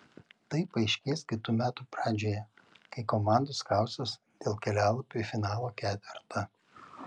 tai paaiškės kitų metų pradžioje kai komandos kausis dėl kelialapių į finalo ketvertą